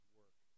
work